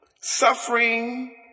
suffering